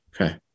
Okay